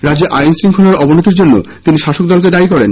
রাজ্যে আইন শৃঙ্খলার অবনতির জন্য তিনি শাসক দলকে দায়ী করেন